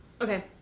Okay